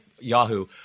Yahoo